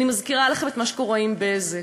אני מזכירה לכם את מה שקורה עם "בזק"